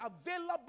available